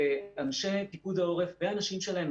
אנשים פיקוד העורף ואנשים שלהם,